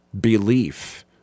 belief